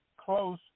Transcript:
close